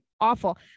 awful